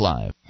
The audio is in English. Live